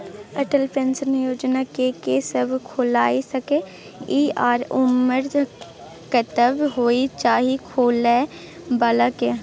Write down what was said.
Atal pension योजना के के सब खोइल सके इ आ उमर कतबा होय चाही खोलै बला के?